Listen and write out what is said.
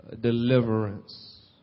deliverance